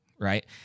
right